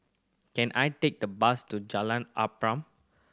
can I take the bus to Jalan Arnap